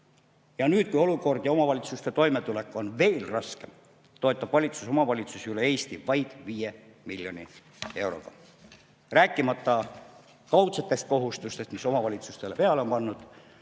Nüüd, kui olukord ja omavalitsuste toimetulek on veel raskem, toetab valitsus omavalitsusi üle Eesti vaid 5 miljoni euroga. Rääkimata kaudsetest kohustustest, mis omavalitsustele peale on pandud.